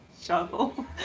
Shovel